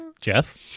Jeff